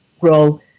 grow